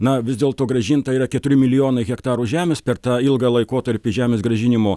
na vis dėlto grąžinta yra keturi milijonai hektarų žemės per tą ilgą laikotarpį žemės grąžinimo